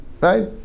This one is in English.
right